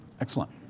Excellent